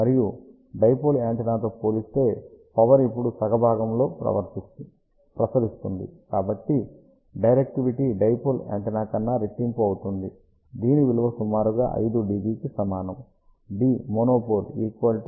మరియు డైపోల్ యాంటెన్నాతో పోల్చితే పవర్ ఇప్పుడు సగ భాగంలో ప్రసరిస్తుంది కాబట్టి డైరెక్టివిటీ డైపోల్ యాంటెన్నా కంటే రెట్టింపు అవుతుంది దీని విలువ సుమారుగా 5 dB కి సమానం